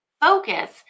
focus